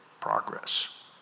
progress